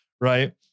Right